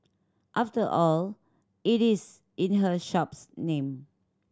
after all it is in her shop's name